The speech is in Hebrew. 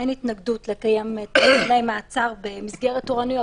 אין התנגדות לקיים דיוני מעצר במסגרת תורניות,